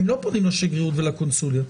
לא פונים לשגרירות ולקונסוליה.